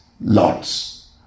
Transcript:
lots